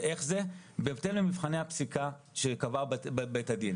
ואיך זה, בהתאם למבחני הפסיקה שקבע בית הדין.